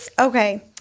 Okay